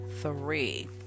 three